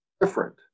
different